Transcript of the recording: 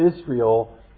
Israel